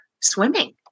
swimming